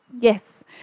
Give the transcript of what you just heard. Yes